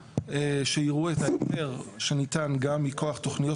שיראו את ה --- שניתן גם מכוח תוכניות